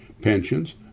pensions